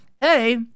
hey